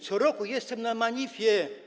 Co roku jestem na Manifie.